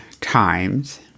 times